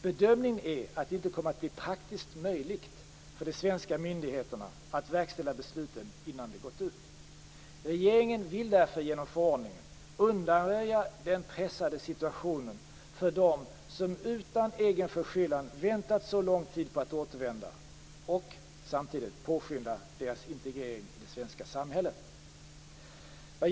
Bedömningen är att det inte kommer att bli praktiskt möjligt för de svenska myndigheterna att verkställa besluten innan de gått ut. Regeringen vill därför genom förordningen undanröja den pressade situationen för dem som utan egen förskyllan väntat så här lång tid på att återvända och samtidigt påskynda deras integrering i det svenska samhället.